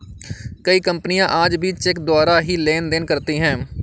कई कपनियाँ आज भी चेक द्वारा ही लेन देन करती हैं